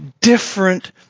different